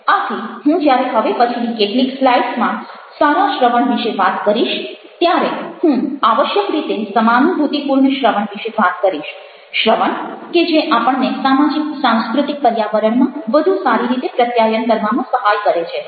આથી હું જ્યારે હવે પછીની કેટલીક સ્લાઇડ્સમાં સારા શ્રવણ વિશે વાત કરીશ ત્યારે હું આવશ્યક રીતે સમાનુભૂતિપૂર્ણ શ્રવણ વિશે વાત કરીશ શ્રવણ કે જે આપણને સામાજિક સાંસ્કૃતિક પંર્યાવરણમાં વધુ સારી રીતે પ્રત્યાયન કરવામાં સહાય કરે છે